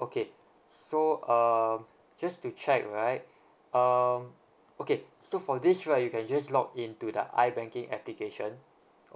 okay so um just to check right um okay so for this right you can just log into the I banking application